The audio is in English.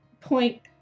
point